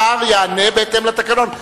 השר יענה בהתאם לתקנון.